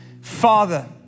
Father